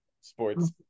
sports